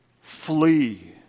Flee